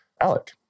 Alec